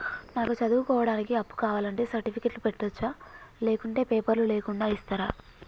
నాకు చదువుకోవడానికి అప్పు కావాలంటే సర్టిఫికెట్లు పెట్టొచ్చా లేకుంటే పేపర్లు లేకుండా ఇస్తరా?